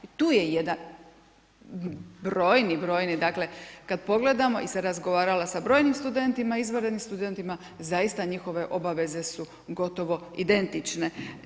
I tu je jedan brojni, brojni dakle kada pogledamo jer sam razgovarala sa brojnim studentima, izvanrednim studentima zaista njihove obaveze su gotovo identične.